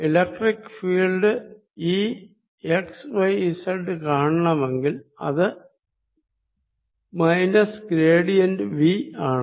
electric field E x y z കാണണമെങ്കിൽ അത് minus gradient V ആണ്